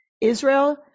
Israel